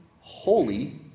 holy